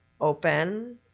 open